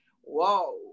whoa